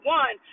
one